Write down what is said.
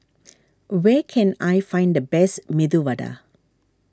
where can I find the best Medu Vada